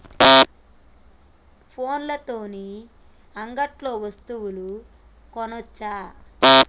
ఫోన్ల తోని అంగట్లో వస్తువులు కొనచ్చా?